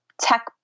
tech